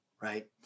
right